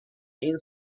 این